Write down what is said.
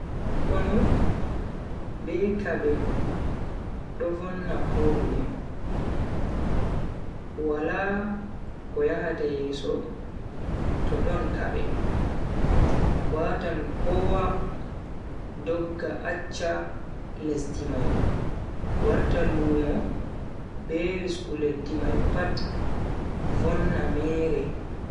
Konu be kabe do vonna kodume, wala ko yahata yeso to don kabe. watan kowa dogga accha lesdi mai warta lumo be risku leddi mai pat vonna ha mere.